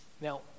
Now